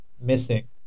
missing